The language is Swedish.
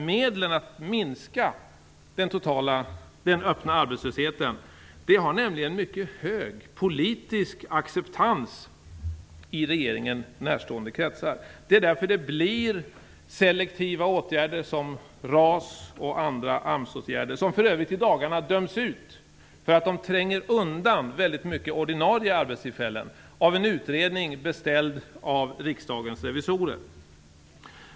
Medlen att minska den öppna arbetslösheten har nämligen mycket hög politisk acceptans i regeringen närstående kretsar. Därför blir det selektiva åtgärder som RAS och andra AMS-åtgärder, som en utredning beställd av Riksdagens revisorer i dagarna för övrigt dömt ut för att de tränger undan många ordinarie arbetstillfällen.